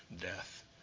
death